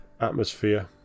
atmosphere